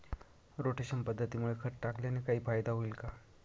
Rotation पद्धतीमुळे खत टाकल्याने काही फायदा होईल का?